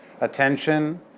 attention